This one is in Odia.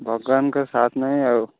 ଭଗବାନଙ୍କର ସାଥ୍ ନାଇ ଆଉ